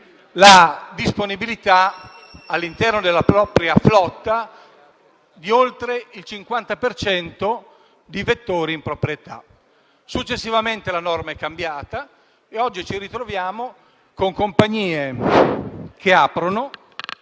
la disponibilità, all'interno della propria flotta, di oltre il 50 per cento di vettori in proprietà. Successivamente, la norma è cambiata e oggi ci ritroviamo con compagnie che aprono,